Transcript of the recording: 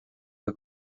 que